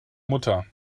mutter